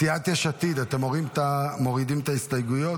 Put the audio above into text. סיעת יש עתיד, אתם מורידים את ההסתייגויות?